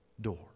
door